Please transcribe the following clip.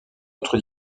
autre